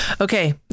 Okay